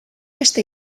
beste